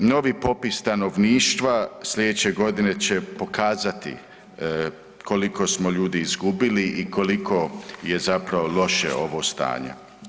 Novi popis stanovništva slijedeće godine će pokazati koliko smo ljudi izgubili i koliko je zapravo loše ovo stanje.